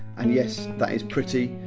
and yes, that is! pretty!